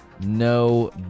No